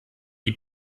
die